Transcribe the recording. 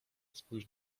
spójrz